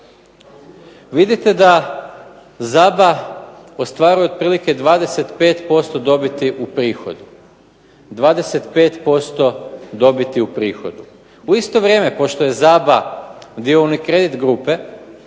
vidite da ZABA ostvaruje otprilike 25% dobiti u prihodu. U isto vrijeme, pošto je ZABA dio Unicredit grupe,